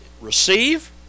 receive